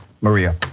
Maria